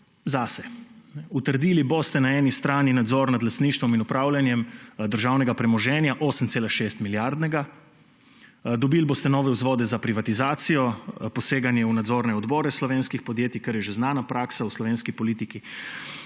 zase. Utrdili boste na eni strani nadzor nad lastništvom in upravljanjem državnega premoženja, 8,6-milijardnega, dobili boste nove vzvode za privatizacijo, poseganje v nadzorne odbore slovenskih podjetij, kar je že znana praksa v slovenski politiki,